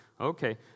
okay